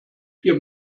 vier